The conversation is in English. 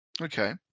Okay